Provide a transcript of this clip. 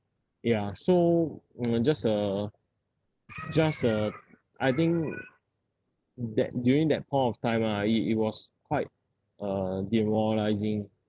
ya so mm just a just a I think that during that point of time ah it it was quite uh demoralising